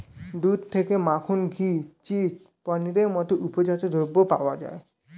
দুধ থেকে মাখন, ঘি, চিজ, পনিরের মতো উপজাত দ্রব্য পাওয়া যায়